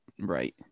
right